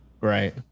Right